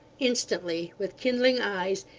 instantly, with kindling eyes,